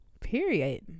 period